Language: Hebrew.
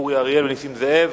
אורי אריאל ונסים זאב.